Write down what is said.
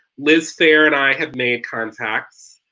liz phair and i have made contact,